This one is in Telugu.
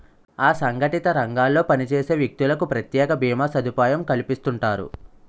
అసంగటిత రంగాల్లో పనిచేసే వ్యక్తులకు ప్రత్యేక భీమా సదుపాయం కల్పిస్తుంటారు